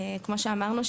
כמו שאמרנו,